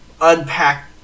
unpack